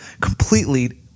completely